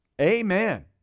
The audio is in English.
Amen